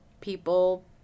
people